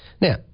now